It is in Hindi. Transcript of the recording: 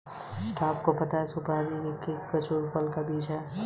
क्या आपको पता है सुपारी अरेका कटेचु पौधे के फल का बीज है?